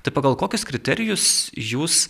tai pagal kokius kriterijus jūs